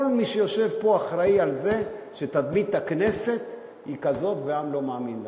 כל מי שיושב פה אחראי לזה שתדמית כנסת היא כזאת והעם לא מאמין לנו.